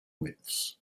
widths